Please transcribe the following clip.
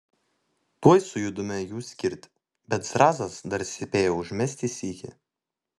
tuoj sujudome jų skirti bet zrazas dar spėjo užmesti sykį